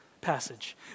passage